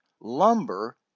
lumber